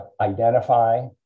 identify